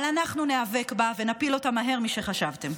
אבל אנחנו ניאבק בה ונפיל אותה מהר משחשבתם.